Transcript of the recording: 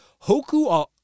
Hoku